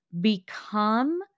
become